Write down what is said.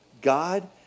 God